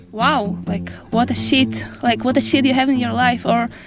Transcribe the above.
wow, like, what a shit, like what a shit you have in your life. or,